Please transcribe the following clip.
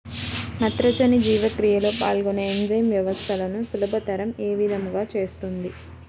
నత్రజని జీవక్రియలో పాల్గొనే ఎంజైమ్ వ్యవస్థలను సులభతరం ఏ విధముగా చేస్తుంది?